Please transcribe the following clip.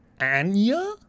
Anya